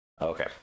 okay